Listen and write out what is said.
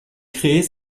créer